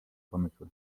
pomysły